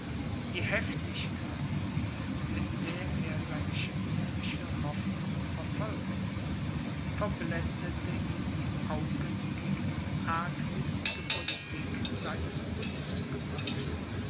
die heftigkeit mit der er seine chimärische hoffnung verfolgte verblendete ihm die augen gegen die arglistige politik seines